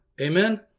Amen